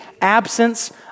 absence